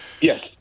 Yes